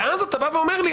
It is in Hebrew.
ואז אתה בא ואומר לי,